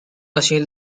machine